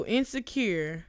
Insecure